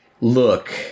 look